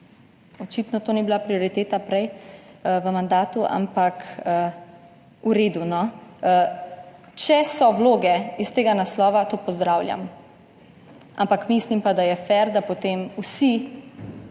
Očitno to ni bila prioriteta prej v mandatu, ampak v redu. Če so vloge iz tega naslova, to pozdravljam, ampak mislim, da je fer, da potem vsi